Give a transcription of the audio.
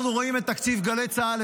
אנחנו רואים את תקציב גלי צה"ל,